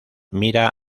mira